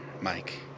Mike